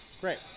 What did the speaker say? Great